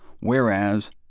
whereas